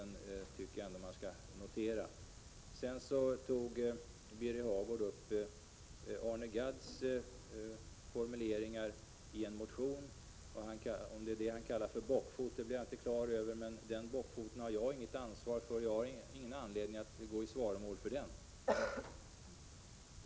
Birger Hagård tog vidare upp formuleringarna i en motion av Arne Gadd. Jag vet inte om det är den motionen han kallar en bockfot, men jag har inget ansvar för den och har ingen anledning att gå i svaromål i det fallet.